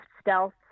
stealth